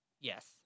Yes